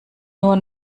nur